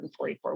144